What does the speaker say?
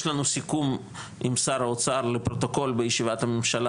יש לנו סיכום עם שר האוצר לפרוטוקול לישיבת הממשלה,